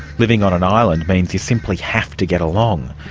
living on an island means you simply have to get along.